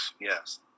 yes